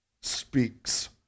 speaks